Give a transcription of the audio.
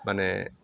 माने